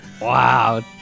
Wow